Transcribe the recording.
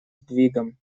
сдвигам